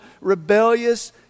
rebellious